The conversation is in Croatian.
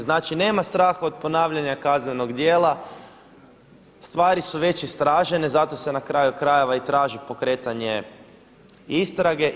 Znači nema straha od ponavljanja kaznenog djela, stvari su već istražene zato se na kraju krajeva i traži pokretanje istrage.